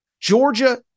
Georgia